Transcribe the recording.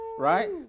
right